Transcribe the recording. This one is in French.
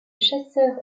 chasseur